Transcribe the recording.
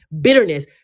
bitterness